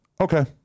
Okay